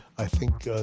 i think,